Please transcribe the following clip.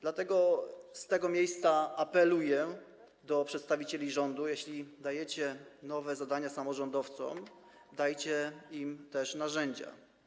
Dlatego z tego miejsca apeluję do przedstawicieli rządu: jeśli dajecie nowe zadania samorządowcom, dajcie im też narzędzia.